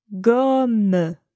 gomme